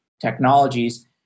technologies